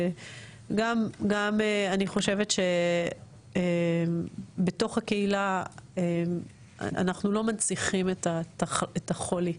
גם אני חושבת שבתוך הקהילה אנחנו לא מנציחים את החולי,